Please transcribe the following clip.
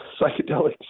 psychedelics